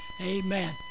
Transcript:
Amen